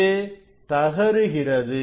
இது தகருகிறது